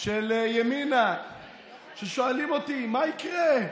של ימינה ששואלים אותי: מה יקרה?